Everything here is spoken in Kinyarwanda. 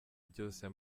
byose